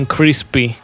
Crispy